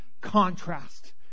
contrast